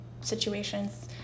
situations